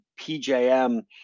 PJM